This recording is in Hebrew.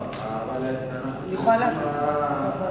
לא, אבל אנחנו צריכים ועדה.